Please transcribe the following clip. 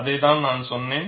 அதைத்தான் நான் சொன்னேன்